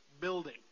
building